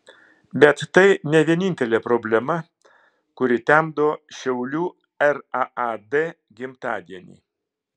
bet tai ne vienintelė problema kuri temdo šiaulių raad gimtadienį